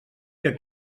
que